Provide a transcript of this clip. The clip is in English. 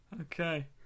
Okay